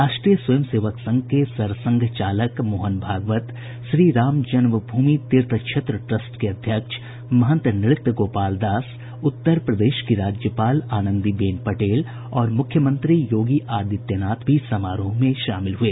राष्ट्रीय स्वयं सेवक संघ के सरसंघ चालक मोहन भागवत श्री रामजन्मभूमि तीर्थ क्षेत्र ट्रस्ट के अध्यक्ष महंत नृत्य गोपाल दास उत्तर प्रदेश की राज्यपाल आनन्दी बेन पटेल और मुख्यमंत्री योगी आदित्यनाथ भी समारोह में शामिल हुए